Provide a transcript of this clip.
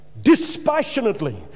dispassionately